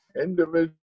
individual